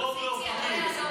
אלמוג לאופקים.